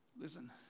Listen